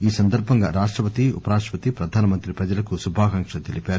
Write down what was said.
ఈ సందర్భంగా రాష్టపతి ఉపరాష్టపతి ప్రధానమంత్రి ప్రజలకు శుభాకాంక్షలు తెలిపారు